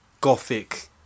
gothic